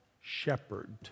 shepherd